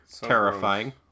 terrifying